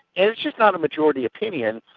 and it's just not a majority opinion.